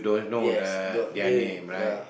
yes got yes ya